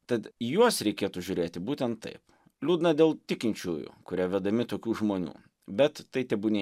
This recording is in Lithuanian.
tad į juos reikėtų žiūrėti būtent taip liūdna dėl tikinčiųjų kurie vedami tokių žmonių bet tai tebūnie